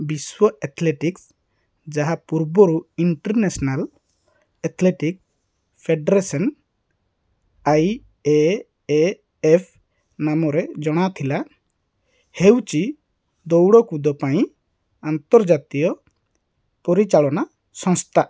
ବିଶ୍ୱ ଏଥ୍ଲେଟିକ୍ସ୍ ଯାହା ପୂର୍ବରୁ international athletics federation I A A F ନାମରେ ଜଣାଥିଲା ହେଉଛି ଦୌଡ଼କୁଦ ପାଇଁ ଆନ୍ତର୍ଜାତୀୟ ପରିଚାଳନା ସଂସ୍ଥା